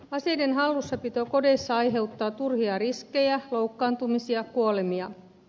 aseiden hallussapito kodeissa aiheuttaa turhia riskejä loukkaantumisia kuolemia